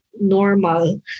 normal